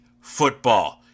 football